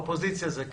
באופוזיציה זה קל.